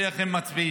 ואיך הם מצביעים,